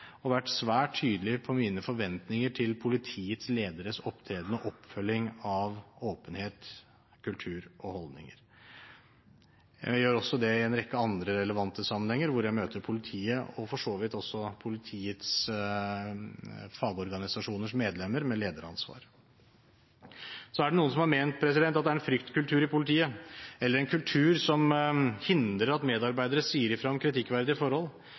og vært svært tydelig på mine forventninger til politilederes opptreden og oppfølging av åpenhet, kultur og holdninger. Jeg gjør også det i en rekke andre relevante sammenhenger hvor jeg møter politiet og for så vidt også politiets fagorganisasjoners medlemmer med lederansvar. Det er noen som har ment at det er en fryktkultur i politiet, eller en kultur som hindrer at medarbeidere sier ifra om kritikkverdige forhold.